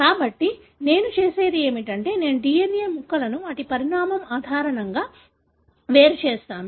కాబట్టి నేను చేసేది ఏమిటంటే నేను DNA ముక్కలను వాటి పరిమాణం ఆధారంగా వేరు చేస్తాను